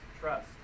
trust